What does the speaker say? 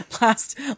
Last